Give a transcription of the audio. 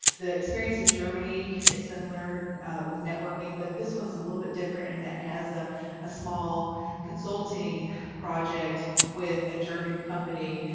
the experience in germany is similar with networking, but this one's a little bit different, in that it has ah a small consulting project with a german company.